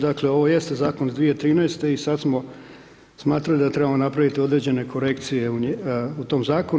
Dakle, ovo jeste zakon iz 2013. i sad smo smatrali da trebamo napraviti određene korekcije u tom zakonu.